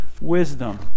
wisdom